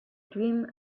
dream